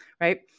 right